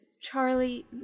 Charlie